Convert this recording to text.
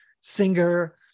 singer